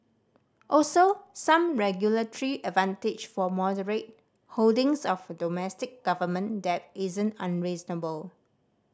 also some regulatory advantage for moderate holdings of domestic government debt isn't unreasonable